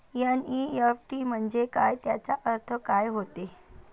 NEFT म्हंजे काय, त्याचा अर्थ काय होते?